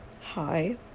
hi